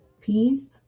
peace